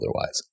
otherwise